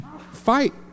fight